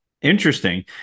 interesting